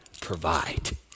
provide